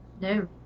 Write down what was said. No